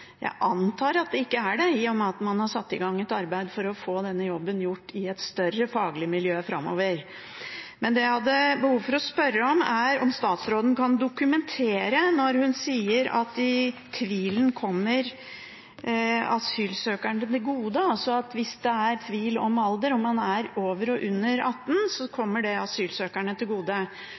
Jeg antar at det ikke er det, i og med at man har satt i gang et arbeid for å få denne jobben gjort i et større faglig miljø framover. Men det jeg hadde behov for å spørre om, er om statsråden kan dokumentere det når hun sier at tvilen kommer asylsøkerne til gode, altså at hvis det er tvil om alder – om man er over eller under 18 år – kommer det asylsøkerne til gode.